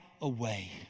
away